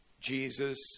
Jesus